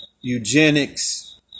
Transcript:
eugenics